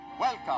Welcome